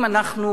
אם אנחנו,